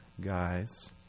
guys